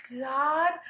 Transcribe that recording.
God